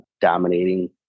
dominating